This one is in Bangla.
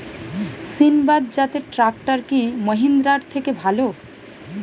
সিণবাদ জাতের ট্রাকটার কি মহিন্দ্রার থেকে ভালো?